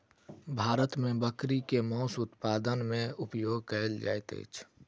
भारत मे बकरी के मौस उत्पादन मे उपयोग कयल जाइत अछि